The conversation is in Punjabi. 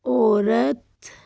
ਔਰਤ